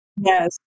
Yes